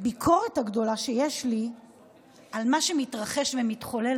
הביקורת הגדולה שיש לי על מה שמתרחש ומתחולל